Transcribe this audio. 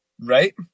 Right